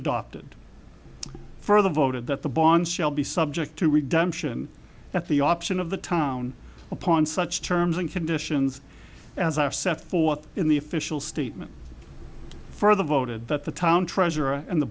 adopted further voted that the bonds shall be subject to redemption at the option of the town upon such terms and conditions as i have set forth in the official statement further voted that the town treasurer and the